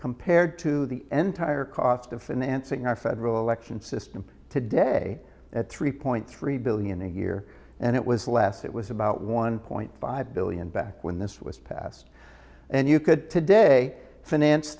compared to the n tire cost of financing our federal election system today at three point three billion a year and it was less it was about one point five billion back when this was passed and you could today finance